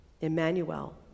Emmanuel